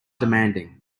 demanding